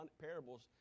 parables